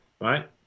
right